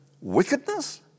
wickedness